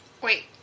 Wait